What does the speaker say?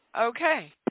Okay